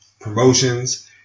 promotions